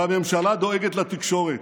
והממשלה דואגת לתקשורת.